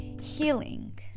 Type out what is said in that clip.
healing